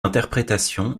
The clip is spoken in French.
interprétation